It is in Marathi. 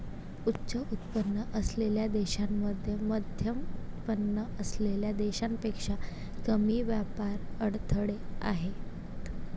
उच्च उत्पन्न असलेल्या देशांमध्ये मध्यमउत्पन्न असलेल्या देशांपेक्षा कमी व्यापार अडथळे आहेत